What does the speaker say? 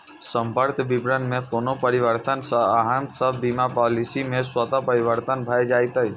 संपर्क विवरण मे कोनो परिवर्तन सं अहांक सभ बीमा पॉलिसी मे स्वतः परिवर्तन भए जाएत